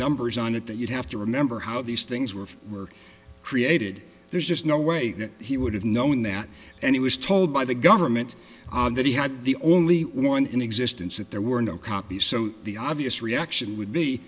numbers on it that you have to remember how these things were were created there's just no way he would have known that and he was told by the government that he had the only one in existence that there were no copies so the obvious reaction would be